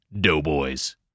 Doughboys